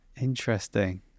Interesting